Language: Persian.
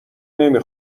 نمی